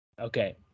Okay